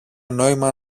νόημα